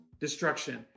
destruction